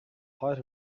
height